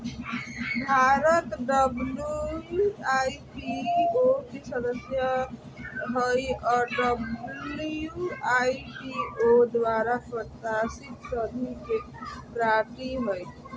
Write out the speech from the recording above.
Bharat W I P O के सदस्य हइ और डब्ल्यू.आई.पी.ओ द्वारा प्रशासित संधि के पार्टी हइ